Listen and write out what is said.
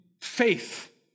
faith